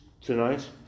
tonight